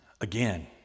again